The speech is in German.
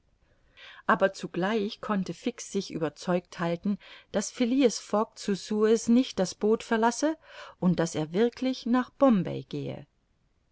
aber zugleich konnte fix sich überzeugt halten daß phileas fogg zu suez nicht das boot verlasse und daß er wirklich nach bombay gehe